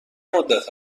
مدت